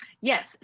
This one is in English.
Yes